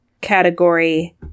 category